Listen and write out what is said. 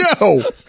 No